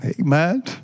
Amen